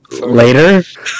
Later